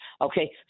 Okay